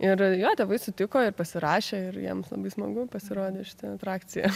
ir jo tėvai sutiko ir pasirašė ir jiems labai smagu pasirodė ši atrakcija